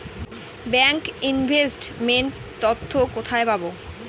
Bank investment তথ্য কোথায় পাব?